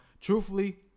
truthfully